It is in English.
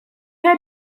had